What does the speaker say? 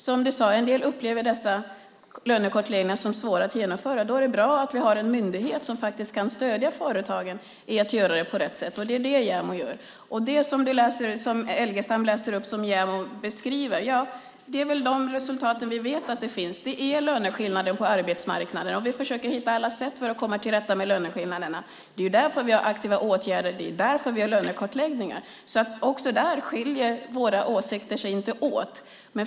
Som du sade upplever en del dessa lönekartläggningar som svåra att genomföra. Då är det bra att vi har en myndighet som kan stödja företagen att göra det på rätt sätt. Det är det som JämO gör. Adolfsson Elgestam läser upp det som JämO beskriver. Det är de resultat som vi vet finns. Det är löneskillnader på arbetsmarknaden. Vi försöker hitta alla sätt för att komma till rätta med löneskillnaderna. Det är därför vi har aktiva åtgärder, det är därför vi har lönekartläggningar. Där skiljer sig våra åsikter inte åt.